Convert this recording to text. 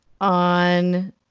on